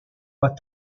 pas